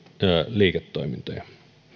liiketoimintoja